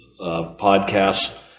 podcasts